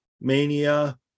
mania